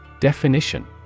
Definition